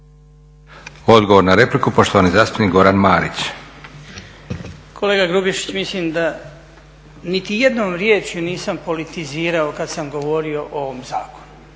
Goran (HDZ)** Hvala lijepa. Kolega Grubišić, mislim da niti jednom riječju nisam politizirao kada sam govorio o ovom zakonu